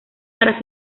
para